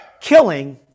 killing